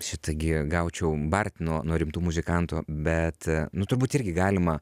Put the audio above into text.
šita gi gaučiau bart nuo nuo rimtų muzikantų bet nu turbūt irgi galima